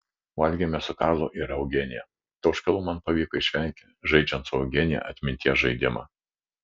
valgėme su karlu ir eugenija tauškalų man pavyko išvengti žaidžiant su eugenija atminties žaidimą